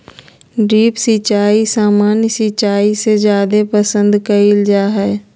drip सिंचाई सामान्य सिंचाई से जादे पसंद कईल जा हई